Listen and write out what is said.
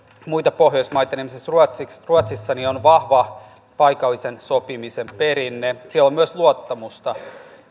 muita pohjoismaita niin esimerkiksi ruotsissa on vahva paikallisen sopimisen perinne siellä on myös luottamusta